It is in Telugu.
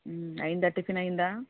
అయిందా టిఫిన్ అయిందా